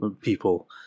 people